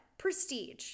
prestige